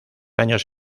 años